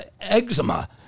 eczema